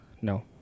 No